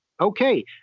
Okay